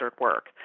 work